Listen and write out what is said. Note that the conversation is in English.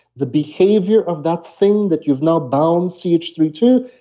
the behavior of that thing that you've now bound c h three to,